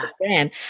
brand